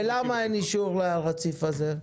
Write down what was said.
ולמה אין אישור לרציף הזה?